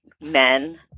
men